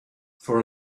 for